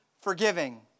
forgiving